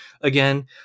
again